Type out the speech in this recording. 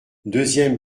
deuxième